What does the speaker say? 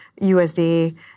USD